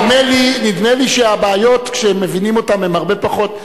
נדמה לי שהבעיות, כשמבינים אותן, הן הרבה פחות.